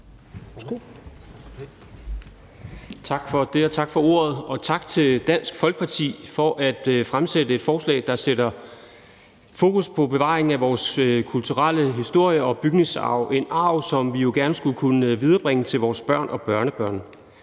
Knuth (V): Tak for ordet, og tak til Dansk Folkeparti for at fremsætte et forslag, der sætter fokus på bevaring af vores kulturelle historie og bygningsarv; en arv, som vi jo gerne skulle kunne viderebringe til vores børn og børnebørn.